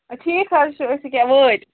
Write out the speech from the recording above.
ٹھیٖک حظ چھُ أسۍ ییٚکیٛاہ وٲتۍ